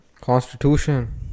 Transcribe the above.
Constitution